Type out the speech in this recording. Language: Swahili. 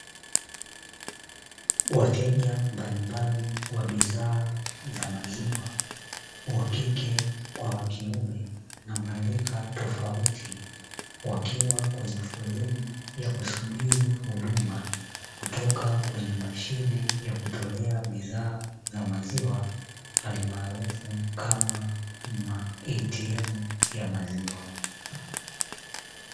Wateja mbalimbali wa bidhaa za maziwa (wa kike kwa wa kiume) na marika tofauti, wakiwa kwenye foleni ya kusubiri huduma kutoka kwenye mashine ya kutolea bidhaa za maziwa, hali maarufu kama "ATM" ya maziwa.